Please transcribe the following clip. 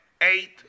eight